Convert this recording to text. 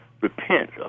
repent